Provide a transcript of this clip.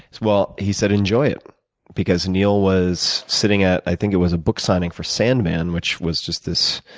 well, he said enjoy it because neil was sitting at, i think it was a book signing for sandman which was just this